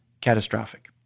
catastrophic